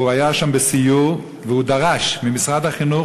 הוא היה שם בסיור והוא דרש ממשרד החינוך,